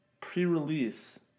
pre-release